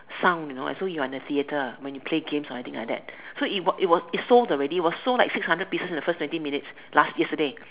sound you know and so you're in the theatre when you play games or something like that so it was it was sold already it was like sold like sold six hundred pieces in the first twenty minutes last yesterday